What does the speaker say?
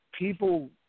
People